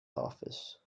office